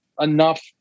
enough